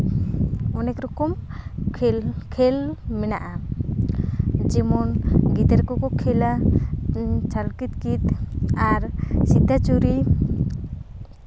ᱚᱱᱮᱠ ᱨᱚᱠᱚᱢ ᱠᱷᱮᱞ ᱠᱷᱮᱞ ᱢᱮᱱᱟᱜᱼᱟ ᱡᱮᱢᱚᱱ ᱜᱤᱫᱟᱹᱨ ᱠᱚᱠᱚ ᱠᱷᱮᱞᱟ ᱪᱷᱟᱲ ᱠᱤᱛ ᱠᱤᱛ ᱟᱨ ᱥᱤᱛᱟᱹᱪᱩᱨᱤ